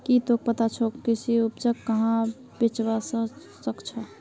की तोक पता छोक के कृषि उपजक कुहाँ बेचवा स ख छ